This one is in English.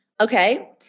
okay